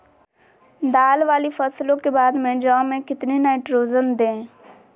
दाल वाली फसलों के बाद में जौ में कितनी नाइट्रोजन दें?